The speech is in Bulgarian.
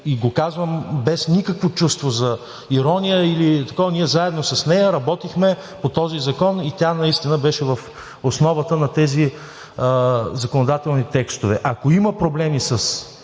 и го казвам без никакво чувство за ирония. Ние заедно с нея работихме по този закон и тя наистина беше в основата на тези законодателни текстове. Ако има проблеми със